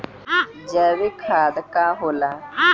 जैवीक खाद का होला?